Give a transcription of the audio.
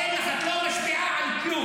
אין לך, את לא משפיעה על כלום.